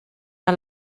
der